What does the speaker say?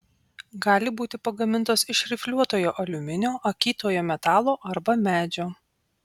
gali būti pagamintos iš rifliuotojo aliuminio akytojo metalo arba medžio